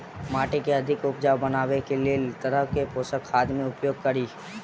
माटि केँ अधिक उपजाउ बनाबय केँ लेल केँ तरहक पोसक खाद केँ उपयोग करि?